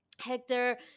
Hector